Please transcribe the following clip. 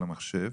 המחשב,